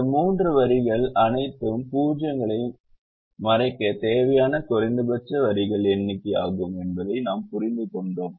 இந்த மூன்று வரிகளும் அனைத்து 0 களையும் மறைக்க தேவையான குறைந்தபட்ச வரிகளின் எண்ணிக்கையாகும் என்பதையும் நாம் புரிந்துகொண்டோம்